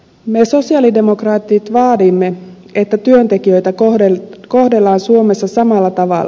me sosialidemokraatit vaadimme että työntekijöitä kohdellaan suomessa samalla tavalla